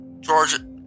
Georgia